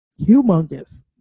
humongous